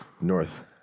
North